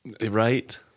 right